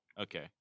Okay